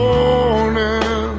morning